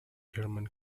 german